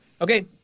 Okay